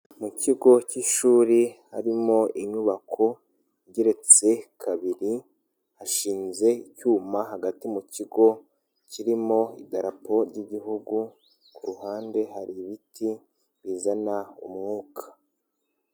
Mu kigo cy'ishuri harimo inyubako igeretse kabiri, hashinze icyuma hagati mu kigo kirimo idarapo ry'igihugu, ku ruhande hari ibiti bizana umwuka.